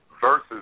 versus